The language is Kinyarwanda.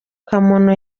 kamono